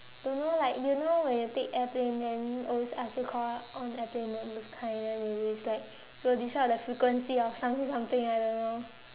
don't know like you know when you take airplane then always ask you call out on airplane mode those kind then it's like it will decide the frequency of something something I don't know